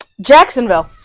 Jacksonville